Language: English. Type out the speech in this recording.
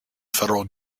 federal